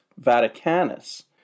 Vaticanus